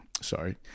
sorry